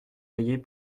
veillées